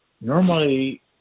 normally